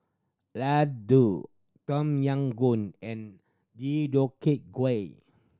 Ladoo Tom Yam Goong and Deodeok Gui